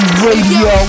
Radio